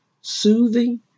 soothing